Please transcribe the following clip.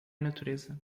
natureza